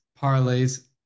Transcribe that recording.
parlays